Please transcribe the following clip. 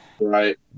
Right